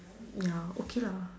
ya okay lah